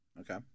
Okay